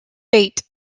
fate